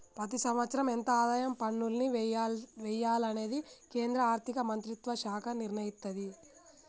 ప్రతి సంవత్సరం ఎంత ఆదాయ పన్నుల్ని వెయ్యాలనేది కేంద్ర ఆర్ధిక మంత్రిత్వ శాఖే నిర్ణయిత్తది